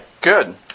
good